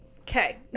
okay